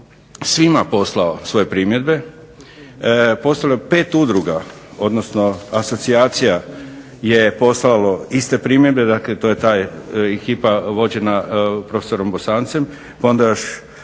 svima poslao svoje primjedbe, postavljao pet udruga odnosno asocijacija je poslalo iste primjedbe. Dakle, to je taj ekipa vođena profesorom Bosancem. Pa onda još